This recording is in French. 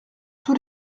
tous